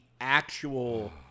actual